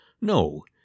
No